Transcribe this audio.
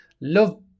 Love